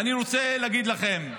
ואני רוצה להגיד לכם,